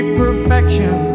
perfection